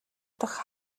дахь